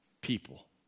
people